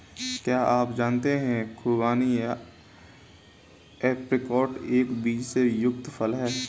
क्या आप जानते है खुबानी या ऐप्रिकॉट एक बीज से युक्त फल है?